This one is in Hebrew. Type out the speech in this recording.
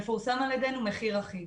מפורסם על ידנו מחיר אחיד.